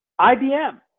IBM